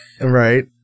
Right